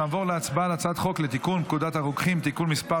נעבור להצבעה על הצעת חוק לתיקון פקודת הרוקחים (תיקון מס'